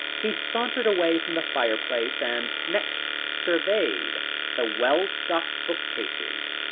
he sauntered away from the fireplace, and next surveyed the well-stocked bookcases,